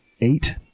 eight